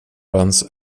runs